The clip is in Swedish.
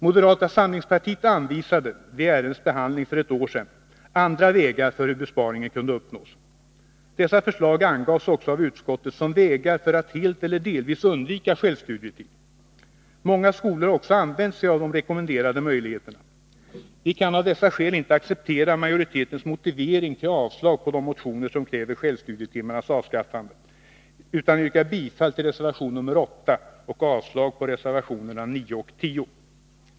Moderata samlingspartiet anvisade vid ärendets behandling för ett år sedan andra vägar för hur besparingen kunde uppnås. Dessa förslag angavs också av utskottet som vägar för att helt eller delvis undvika självstudietid. Många skolor har också använt sig av de rekommenderade möjligheterna. Vi kan av dessa skäl inte acceptera majoritetens motivering till avslag på de motioner som kräver självstudietimmarnas avskaffande, utan vi yrkar bifall till reservation 8 och avslag på reservationerna 9 och 10.